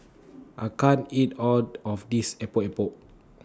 I can't eat All of This Epok Epok